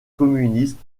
communistes